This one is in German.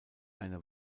eine